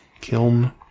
Kiln